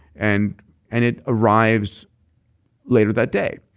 and and it arrives later that day.